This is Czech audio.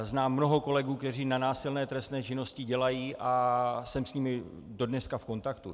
Znám mnoho kolegů, kteří na násilné trestné činnosti dělají, a jsem s nimi dodneška v kontaktu.